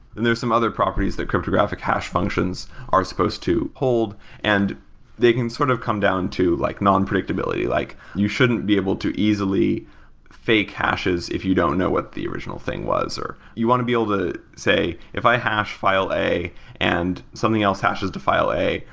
and there are some other properties that cryptographic hash functions are supposed to hold and they can sort of come down to like non predictability. like you shouldn't be able to easily fake hashes if you don't know what the original thing was, or you want to be able to say, if i hash file a and something else hashes to file a,